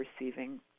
receiving